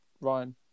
Ryan